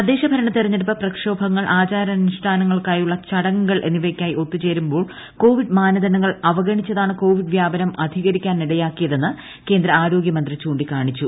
തദ്ദേശ ഭരണ തെരഞ്ഞെടുപ്പ് പ്രക്ഷോഭങ്ങൾ ആചാരാനുഷ്ഠാനങ്ങൾക്കായുള്ള ചടങ്ങുകൾ എന്നിവയ്ക്കായി ഒത്തുചേരുമ്പോൾ കോവിഡ് മാനദണ്ഡങ്ങൾ അവഗണിച്ചതാണ് കോവിഡ് വ്യാപനം അധികരിക്കാൻ ഇടയാക്കിയതെന്ന് കേന്ദ്ര ആരോഗൃമന്ത്രി ചൂണ്ടിക്കാണിച്ചു